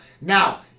Now